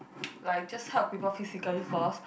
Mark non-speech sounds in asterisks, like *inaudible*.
*noise* like just help people physically first